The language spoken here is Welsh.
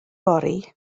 fory